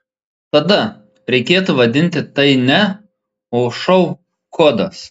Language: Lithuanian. tada reikėtų vadinti tai ne o šou kodas